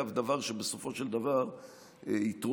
דבר שבסופו של דבר גם יתרום,